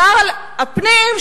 שר הפנים,